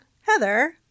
Heather